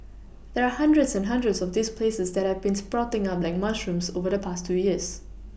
there are hundreds and hundreds of these places that have been sprouting up like mushrooms over the past two years